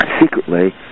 secretly